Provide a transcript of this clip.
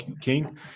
king